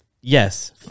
Yes